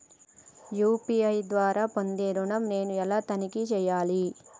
UPI ద్వారా పొందే ఋణం నేను ఎలా తనిఖీ చేయాలి?